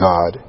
God